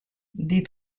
des